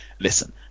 Listen